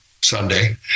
Sunday